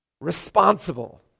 responsible